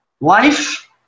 life